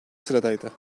sıradaydı